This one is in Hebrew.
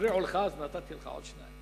הפריעו לך אז נתתי לך עוד שתיים.